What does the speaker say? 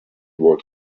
was